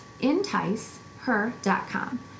enticeher.com